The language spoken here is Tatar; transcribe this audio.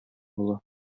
була